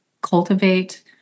cultivate